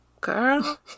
Girl